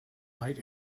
light